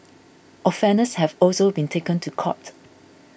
offenders have also been taken to court